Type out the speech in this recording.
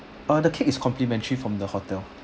uh the cake is complimentary from the hotel